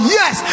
yes